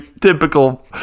typical